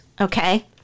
Okay